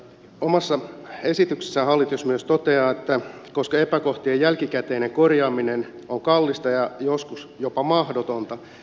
omassa esityksessään hallitus myös toteaa että koska epäkohtien jälkikäteinen korjaaminen on kallista ja joskus jopa mahdotonta